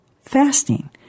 fasting